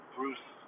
Bruce